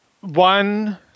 one